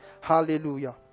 Hallelujah